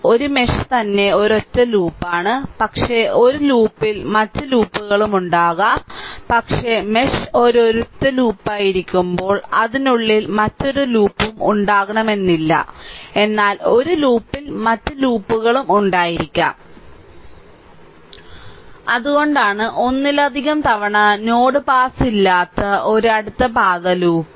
ഒരു മെഷ് തന്നെ ഒരൊറ്റ ലൂപ്പാണ് പക്ഷേ ഒരു ലൂപ്പിൽ മറ്റ് ലൂപ്പുകളും ഉണ്ടാകാം പക്ഷേ മെഷ് ഒരൊറ്റ ലൂപ്പായിരിക്കുമ്പോൾ അതിനുള്ളിൽ മറ്റൊരു ലൂപ്പും ഉണ്ടാകണമെന്നില്ല എന്നാൽ ഒരു ലൂപ്പിൽ മറ്റ് ലൂപ്പുകളും ഉണ്ടായിരിക്കാം അതുകൊണ്ടാണ് ഒന്നിലധികം തവണ നോഡ് പാസ് ഇല്ലാത്ത ഒരു അടുത്ത പാത ലൂപ്പ്